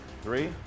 three